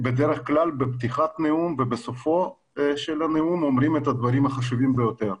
בדרך כלל בפתיחת נאום ובסופו אומרים את הדברים החשובים ביותר.